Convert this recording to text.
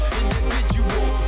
individual